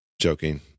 Joking